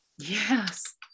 yes